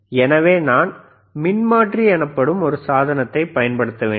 எனவே நான் மின்மாற்றி எனப்படும் ஒரு சாதனத்தைப் பயன்படுத்த வேண்டும்